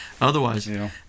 otherwise